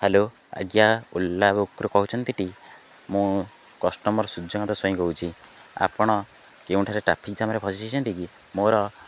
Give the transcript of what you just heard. hello ଆଜ୍ଞା Ola ବୁକ୍ରୁ କହୁଛନ୍ତି ଟି ମୁଁ କଷ୍ଟମର ସୂର୍ଯ୍ୟକାନ୍ତ ସ୍ଵାଇଁ କହୁଛି ଆପଣ କେଉଁଠାରେ ଟ୍ରାଫିକ୍ ଜାମ୍ରେ ଫସିଛନ୍ତି କି ମୋର